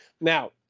Now